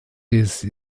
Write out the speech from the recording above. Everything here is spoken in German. des